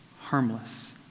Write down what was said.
harmless